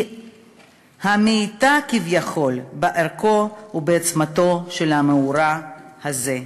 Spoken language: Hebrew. היא המעיטה כביכול בערכו ובעוצמתו של המאורע הזה.